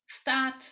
start